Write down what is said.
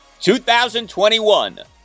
2021